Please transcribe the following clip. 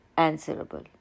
Answerable